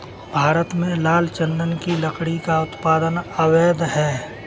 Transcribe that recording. भारत में लाल चंदन की लकड़ी का उत्पादन अवैध है